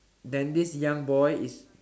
then this young boy is